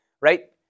right